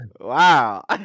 Wow